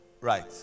Right